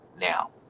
now